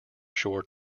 shore